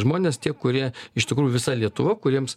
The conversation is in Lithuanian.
žmonės tie kurie iš tikrųjų visa lietuva kuriems